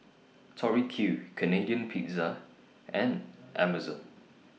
Tori Q Canadian Pizza and Amazon